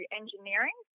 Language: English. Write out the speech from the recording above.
engineering